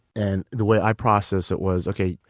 and the way i process it was okay,